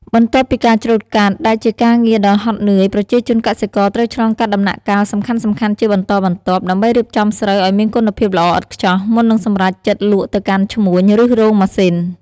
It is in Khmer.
បន្ទាប់ពីការច្រូតកាត់ ដែលជាការងារដ៏ហត់នឿយ ប្រជាជនកសិករ ត្រូវឆ្លងកាត់ដំណាក់កាលសំខាន់ៗជាបន្តបន្ទាប់ ដើម្បីរៀបចំស្រូវឲ្យមានគុណភាពល្អឥតខ្ចោះ មុននឹងសម្រេចចិត្តលក់ទៅកាន់ឈ្មួញ ឬរោងម៉ាស៊ីន។